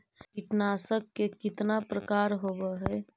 कीटनाशक के कितना प्रकार होव हइ?